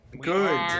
Good